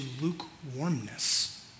lukewarmness